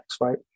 right